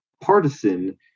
partisan